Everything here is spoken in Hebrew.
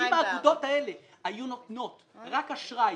אם האגודות האלה היו נותנות רק אשראי,